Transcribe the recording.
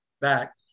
back